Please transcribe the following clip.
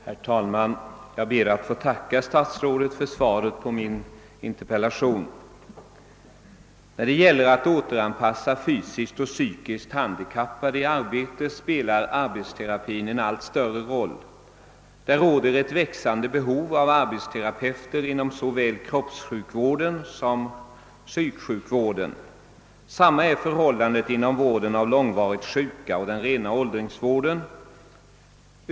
Herr talman! Jag ber att få tacka statsrådet för svaret på min interpellation. När det gäller att återanpassa fysiskt och psykiskt handikappade för arbetslivet spelar arbetsterapin en allt större roll. Det råder ett växande behov av arbetsterapeuter inom såväl kroppssjukvården som psyksjukvården. Detta är förhållandet också när det gäller vården av långvarigt sjuka och den rena åldringsvården.